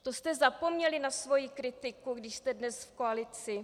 To jste zapomněli na svoji kritiku, když jste dnes v koalici?